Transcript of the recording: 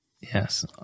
Yes